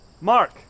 Mark